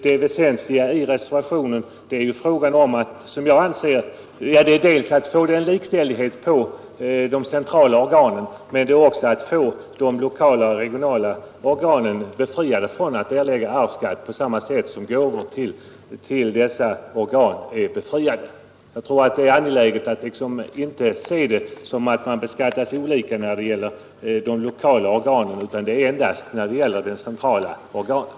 Det väsentliga i reservationen är, som jag ser saken, frågan om att få likställighet när det gäller de centrala organen men också att få de lokala och regionala organen befriade från skyldigheten att erlägga arvsskatt, på samma sätt som gåvor till dessa organ är befriade från skatt. Det är angeläget, anser jag, att inte uppfatta saken så, att beskattningen är olika när det gäller de lokala organen, utan det är en skillnad endast när det gäller de centrala organen.